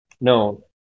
No